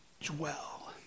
dwell